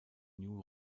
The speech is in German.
new